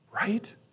right